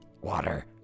Water